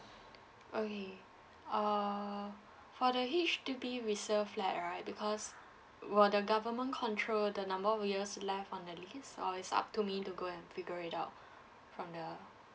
okay err for the H_D_B resale flat right because will the government control the number of years left on the lease or it's up to me to go and figure it out from the